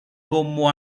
como